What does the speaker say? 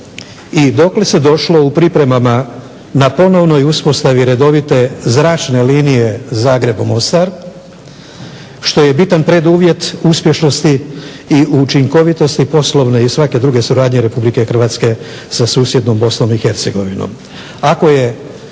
i dokle se došlo u pripremama na ponovnoj uspostavi redovite zračne linije Zagreb – Mostar što je bitan preduvjet uspješnosti i učinkovitosti poslovne i svake druge suradnje Republike Hrvatske sa susjednom Bosnom i Hercegovinom.